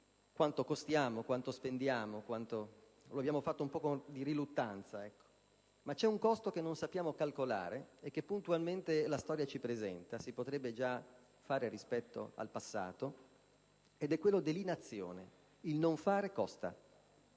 quanto costiamo, quanto spendiamo. Lo abbiamo fatto con un po' di riluttanza. Ma c'è un costo che non sappiamo calcolare, e che puntualmente la storia ci presenta (si potrebbe già misurare rispetto al passato), ed è quello dell'inazione: non fare costa,